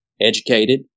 educated